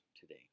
today